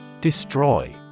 Destroy